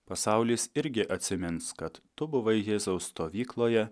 pasaulis irgi atsimins kad tu buvai jėzaus stovykloje